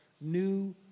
new